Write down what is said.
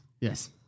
Yes